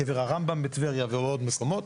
קבר הרמב"ם בטבריה ועוד מקומות.